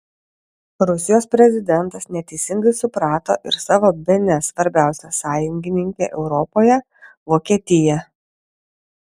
rusijos prezidentas neteisingai suprato ir savo bene svarbiausią sąjungininkę europoje vokietiją